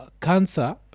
cancer